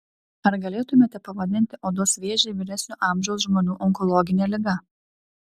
ar galėtumėte pavadinti odos vėžį vyresnio amžiaus žmonių onkologine liga